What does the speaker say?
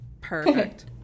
perfect